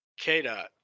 KDOT